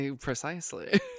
Precisely